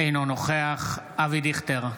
אינו נוכח אבי דיכטר,